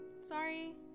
Sorry